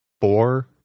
four